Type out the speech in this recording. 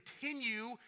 continue